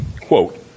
quote